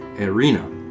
Arena